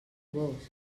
gos